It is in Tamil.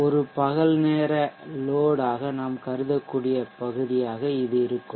ஒரு பகல் நேர லோட் டே லோட்ஆக நாம் கருதக்கூடிய பகுதியாக இது இருக்கும்